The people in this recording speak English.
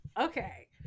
Okay